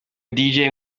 deejay